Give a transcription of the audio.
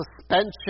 suspension